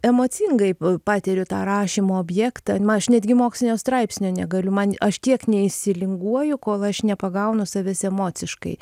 emocingai patiriu tą rašymo objektą man aš netgi mokslinio straipsnio negaliu man aš tiek neįsilinguoju kol aš nepagaunu savęs emociškai